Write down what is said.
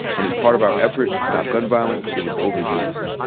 and as part of our effort to stop gun violence, it was overused.